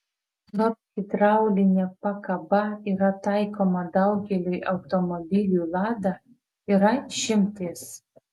nors hidraulinė pakaba yra taikoma daugeliui automobilių lada yra išimtis